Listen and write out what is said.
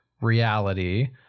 reality